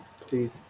please